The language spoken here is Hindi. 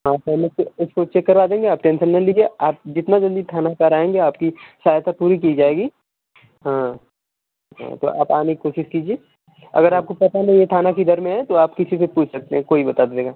हाँ पहले से उसको चेक करवा देंगे आप टेन्सन न लीजिए आप जितना जल्दी थाना पर आएँगे आपकी सहायता पूरी की जाएगी हाँ हाँ तो आप आने की कोशिश कीजिए अगर आपको पता नहीं है थाना किधर में है तो आप किसी से पूछ सकते हैं कोई बता देगा